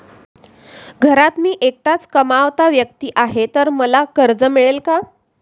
घरात मी एकटाच कमावता व्यक्ती आहे तर मला कर्ज मिळेल का?